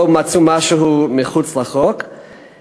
לא מצאו משהו מחוץ לחוק,